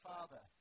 Father